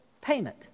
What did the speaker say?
payment